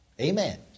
Amen